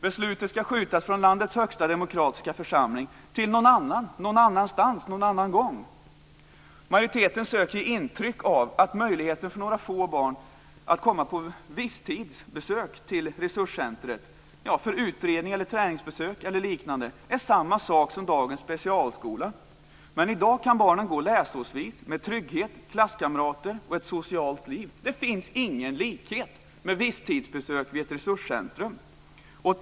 Beslutet ska skjutas från landets högsta demokratiska församling till någon annan, någon annanstans, någon annan gång. Majoriteten söker ge intryck av att möjligheten för några få barn att komma på visstidsbesök till resurscentret för utredning, träningsbesök o.d. är samma sak som dagens specialskola. Men i dag kan barnen gå läsårsvis med trygghet, klasskamrater och ett socialt liv. Det finns ingen likhet med visstidsbesök vid ett resurscentrum.